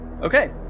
Okay